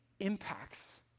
impacts